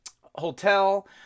hotel